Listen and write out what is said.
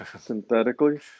synthetically